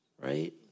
right